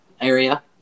area